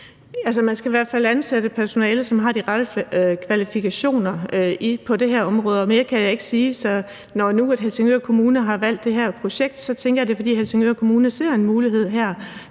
fald ansætte personale, som har de rette kvalifikationer på det her område, og mere kan jeg ikke sige. Så når nu Helsingør Kommune har valgt det her projekt, så tænker jeg, at det er, fordi Helsingør Kommune ser en mulighed her,